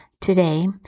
Today